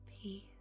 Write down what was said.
peace